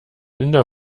inder